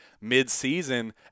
mid-season